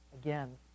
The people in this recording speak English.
again